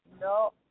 No